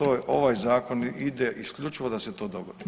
Ovaj zakon ide isključivo da se to dogodi.